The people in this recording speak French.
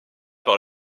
par